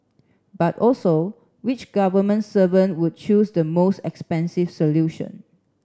but also which government servant would choose the most expensive solution